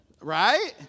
Right